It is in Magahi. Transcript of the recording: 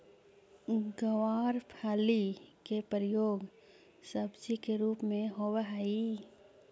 गवारफली के प्रयोग सब्जी के रूप में होवऽ हइ